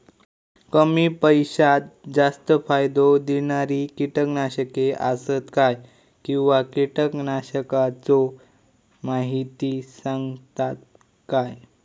कमी पैशात जास्त फायदो दिणारी किटकनाशके आसत काय किंवा कीटकनाशकाचो माहिती सांगतात काय?